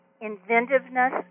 inventiveness